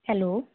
hello